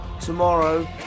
tomorrow